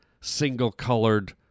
single-colored